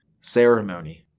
ceremony